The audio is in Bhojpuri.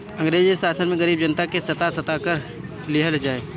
अंग्रेजी शासन में गरीब जनता के सता सता के कर लिहल जाए